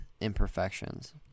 imperfections